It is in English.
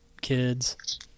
kids